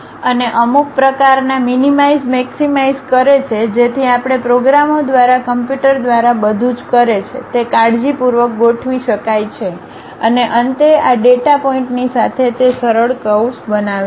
અને અમે અમુક પ્રકારના મીનીમાઇઝ મેક્સીમાઈઝ કરે છે જેથી આપણે પ્રોગ્રામો દ્વારા કમ્પ્યુટર દ્વારા બધું જ કરે છે તે કાળજીપૂર્વક ગોઠવી શકાય છે અને અંતે આ ડેટા પોઇન્ટની સાથે તે સરળ કર્વ્સ બનાવે છે